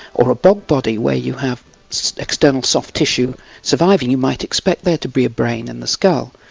or a bog body where you have external soft tissue surviving, you might expect there to be a brain in the skull.